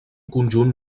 conjunt